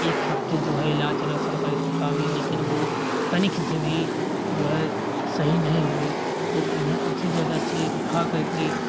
एक हफ्ते जो है इलाज चला सरकारी अस्पताल में लेकिन वो तनिक से भी जो है सही नहीं हुए तो उन्हें उसी जगह से उठाकर के